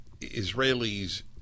Israelis